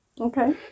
Okay